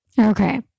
Okay